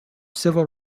civil